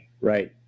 right